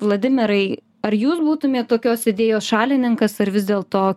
vladimirai ar jūs būtumėt tokios idėjos šalininkas ar vis dėlto